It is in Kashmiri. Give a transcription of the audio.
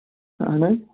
اَہَن حظ